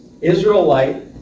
Israelite